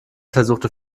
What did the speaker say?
versuchte